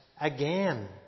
again